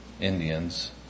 Indians